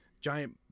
giant –